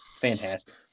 Fantastic